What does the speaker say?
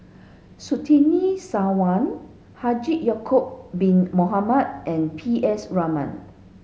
Surtini Sarwan Haji Ya'acob bin Mohamed and P S Raman